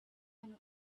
and